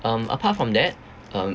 um apart from that um